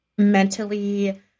mentally